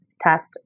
Test